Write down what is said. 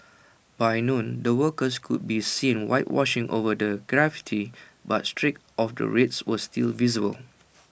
by noon the workers could be seen whitewashing over the graffiti but streaks of the red were still visible